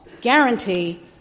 guarantee